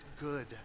good